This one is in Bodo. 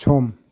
सम